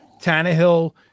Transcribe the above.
Tannehill